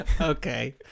Okay